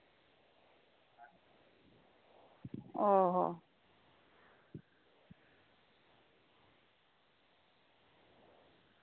ᱚ ᱚ